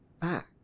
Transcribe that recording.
back